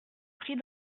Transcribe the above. prit